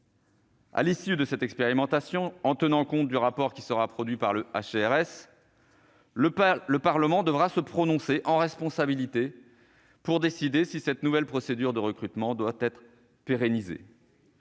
À l'issue de cette expérimentation, en tenant compte du rapport qui sera produit par le Hcéres, le Parlement devra se prononcer, en responsabilité, pour décider si cette nouvelle procédure de recrutement doit être pérennisée.